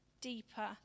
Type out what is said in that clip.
deeper